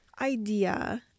idea